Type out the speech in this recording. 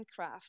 Minecraft